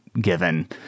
given